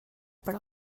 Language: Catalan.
per